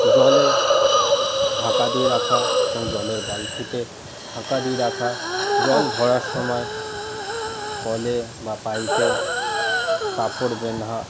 জলে ঢাকা দিয়ে রাখা এবং জলের বালতিতে ঢাকা দিয়ে রাখা জল ভরার সময় কলে বা পাইপে কাপড় বাঁধা